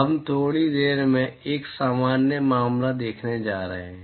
हम थोड़ी देर में एक सामान्य मामला देखने जा रहे हैं